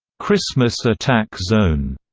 christmas attack zone,